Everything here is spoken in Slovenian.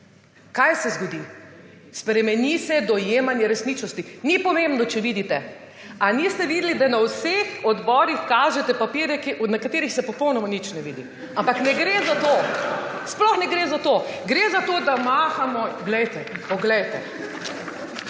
Kaj se zgodi? Spremeni se dojemanje resničnosti. Ni pomembno, če vidite. Ali niste videli, da na vseh odborih kažete papirje, na katerih se popolnoma nič ne vidi, / smeh v dvorani/? Ampak ne gre za to, sploh ne gre za to. Gre za to, da mahamo. Glejte, poglejte,